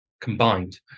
combined